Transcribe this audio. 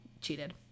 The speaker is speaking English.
cheated